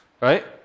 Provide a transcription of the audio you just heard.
right